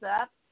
up